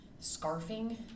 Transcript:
scarfing